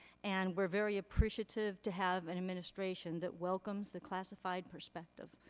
and we're very appreciative to have an administration that welcomes the classified perspective.